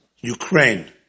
Ukraine